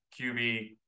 QB